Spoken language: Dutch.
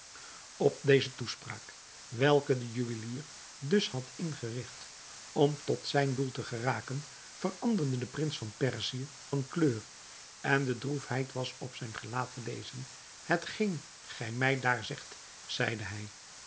op deze toespraak welke de juwelier dus had ingerigt om tot zijn doel te geraken veranderde de prins van perzië van kleur en de droefheid was op zijn gelaat te lezen hetgeen gij mij daar zegt zeide hij